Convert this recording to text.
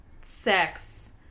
sex